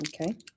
Okay